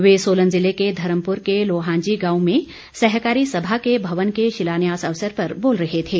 वे सोलन जिले के धर्मपुर के लोहांजी गांव में सहकारी सभा के भवन के शिलान्यास अवसर पर बोल रहे थे